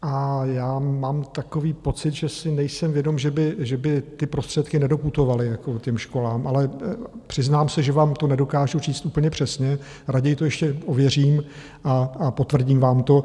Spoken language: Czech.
A já mám takový pocit, že si nejsem vědom, že by ty prostředky nedoputovaly těm školám, ale přiznám se, že vám to nedokážu říct úplně přesně, raději to ještě ověřím a potvrdím vám to.